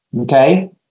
okay